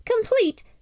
complete